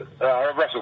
Russell